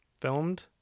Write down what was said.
Filmed